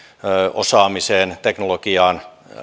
osaamiseen teknologiaan